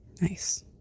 Nice